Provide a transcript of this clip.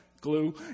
glue